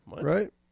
right